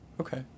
Okay